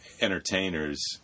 entertainers